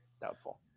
Doubtful